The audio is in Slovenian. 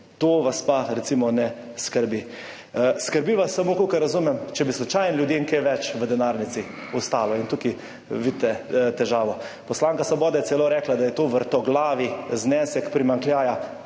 To vas pa recimo ne skrbi. Skrbi vas samo, kolikor razumem, če bi slučajno ljudem kaj več v denarnici ostalo. Tukaj vidite težavo. Poslanka Svobode je celo rekla, da je to vrtoglavi znesek primanjkljaja.